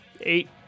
eight